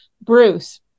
Bruce